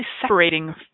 separating